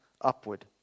upward